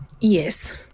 Yes